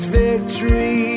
victory